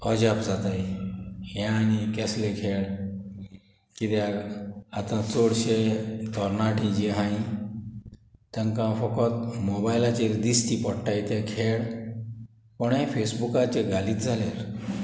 ओजाप जाताय हे आनी केसले खेळ किद्याक आतां चोडशे तोरणाटीं जीं आहाय तेंकां फोकोत मोबायलाचेर दिसती पोडटाय ते खेळ कोणें फेसबुकाचेर घालीत जाल्यार